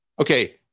Okay